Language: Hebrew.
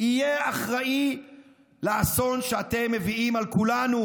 יהיה אחראי לאסון שאתם מביאים על כולנו,